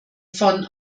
von